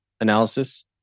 analysis